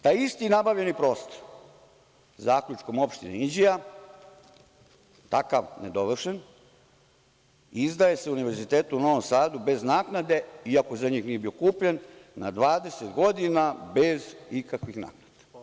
Taj isti nabavljeni prostor, zaključkom opštine Inđija, takav nedovršen, izdaje se Univerzitetu u Novom Sadu bez naknade iako za njih nije bio kupljen na 20 godina bez ikakvih naknada.